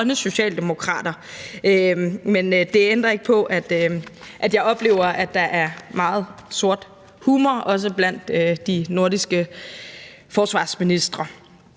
det ændrer ikke på, at jeg oplever, at der er meget sort humor, også blandt de nordiske forsvarsministre.